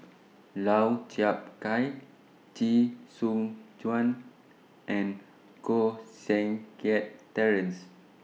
Lau Chiap Khai Chee Soon Juan and Koh Seng Kiat Terence